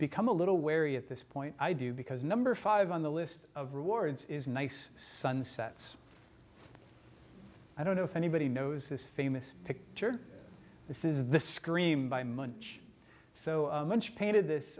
become a little wary at this point i do because number five on the list of rewards is nice sunsets i don't know if anybody knows this famous picture this is the scream by munch so munch painted